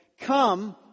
come